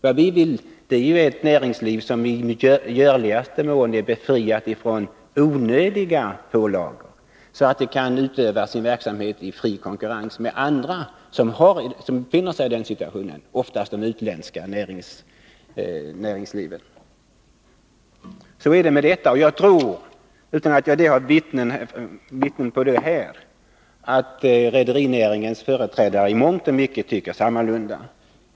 Vad vi eftersträvar är ett näringsliv, som i görligaste mån är befriat från onödiga pålagor, som kan utöva sin verksamhet i fri konkurrens med andra företag i samma situation — oftast med det utländska näringslivet. Så var det med den saken. Jag tror, utan att här ha några vittnen på det, att rederinäringens företrädare i mångt och mycket har samma åsikt.